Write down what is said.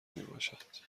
میباشد